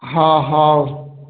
ହଁ ହେଉ